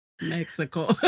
Mexico